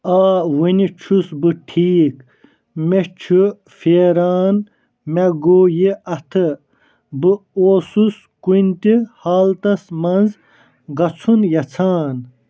آ وُنہِ چھُس بہٕ ٹھیٖک مےٚ چھُ پھیٚران مےٚ گوٚو یہِ اتھٕ بہٕ اوسُس کُنہِ تہِ حالتس مَنٛز گژھُن یژھان